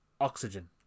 Oxygen